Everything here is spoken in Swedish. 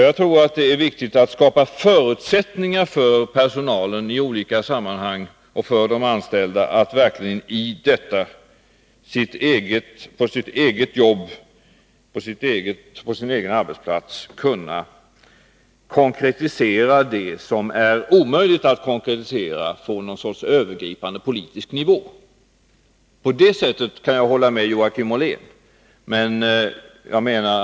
Jag tror att det är viktigt att i olika sammanhang skapa förutsättningar för personalen, så att de anställda på sin egen arbetsplats verkligen kan konkretisera det som är omöjligt att konkretisera från någon sorts övergripande politisk nivå. I det avseendet kan jag hålla med Joakim Ollén att det finns begränsningar.